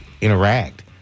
interact